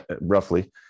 roughly